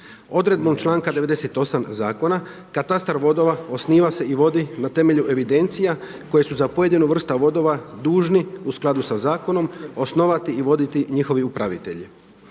Odredbom članka 98. zakona katastar vodova osniva se i vodi na temelju evidencija koje su za pojedinu vrstu vodova dužni u skladu sa zakonom osnovati i voditi njihovi upravitelji.